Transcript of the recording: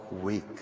weak